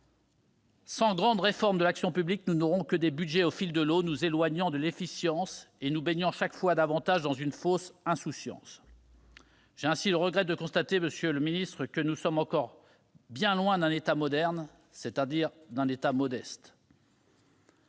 Sans grande réforme de l'action publique, nous n'aurons que des budgets au fil de l'eau nous éloignant de l'efficience et nous plongeant chaque fois plus profondément dans une insouciance trompeuse. J'ai ainsi le regret de constater, monsieur le secrétaire d'État, que nous sommes encore bien loin d'un État moderne, c'est-à-dire d'un État modeste